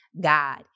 God